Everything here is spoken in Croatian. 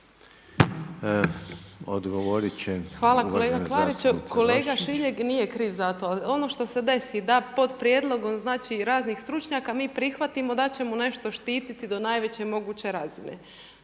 Hvala. Kolega Klariću, kolega Šiljeg nije za to. Ono što se desi da pod prijedlogom raznih stručnjaka mi prihvatimo da ćemo nešto štititi do najveće moguće razine.